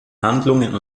handlungen